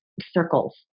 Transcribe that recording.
circles